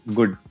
Good